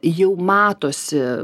jau matosi